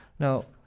now,